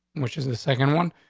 which is the second one.